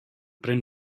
bryn